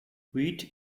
wheat